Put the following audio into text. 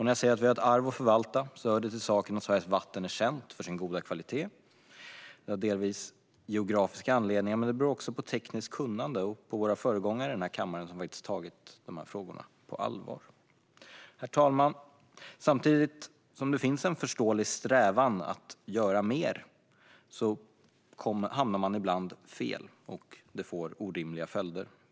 När jag säger att vi har ett arv att förvalta hör det till saken att Sveriges vatten är känt för sin goda kvalitet. Det har delvis geografiska anledningar, men det beror också på tekniskt kunnande och på att våra föregångare i denna kammare faktiskt har tagit dessa frågor på allvar. Herr talman! Samtidigt som det finns en förståelig strävan att göra mer hamnar man ibland fel och skapar orimliga följder.